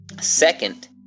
Second